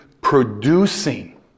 producing